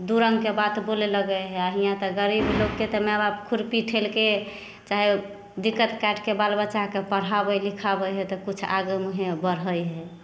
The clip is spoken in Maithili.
दुइ रङ्गके बात बोले लगै हइ आओर हिआँ तऽ गरीब लोकके तऽ माइ बाप खुरपी ठेलके चाहे दिक्कत काटिके बाल बच्चाके पढ़ाबै लिखाबै हइ तऽ किछु आगे मुँहे बढ़ै हइ